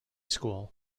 school